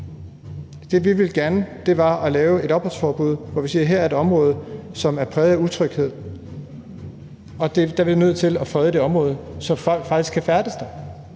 Det, vi gerne ville, var at lave et opholdsforbud, hvor vi siger, at der her er et område, som er præget af utryghed, og vi er nødt til at frede det område, så folk faktisk kan færdes der.